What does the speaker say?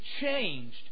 changed